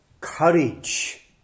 courage